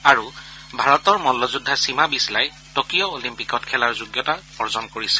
আৰু ভাৰতৰ মল্লযোদ্ধা সীমা বিছলাই টকিঅ' অলিম্পিকত খেলাৰ যোগ্যতা অৰ্জন কৰিছে